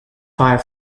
far